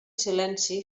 silenci